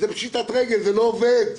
פשיטת רגל, זה לא עובד.